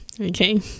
Okay